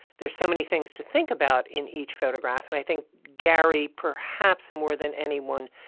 there's so many things to think about. in each photograph and i think gary, perhaps more than anyone,